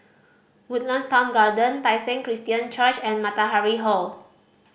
Woodlands Town Garden Tai Seng Christian Church and Matahari Hall